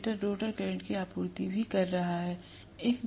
stator rotor current की आपूर्ति भी कर रहा है